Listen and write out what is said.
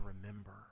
remember